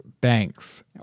Banks